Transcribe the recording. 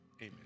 amen